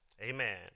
Amen